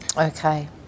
Okay